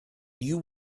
you